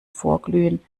vorglühen